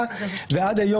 אדוני,